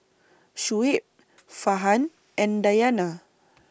Shoaib Farhan and Dayana